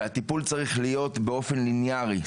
הטיפול צריך להיות באופן לינארי,